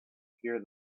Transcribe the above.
hear